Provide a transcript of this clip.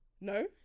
no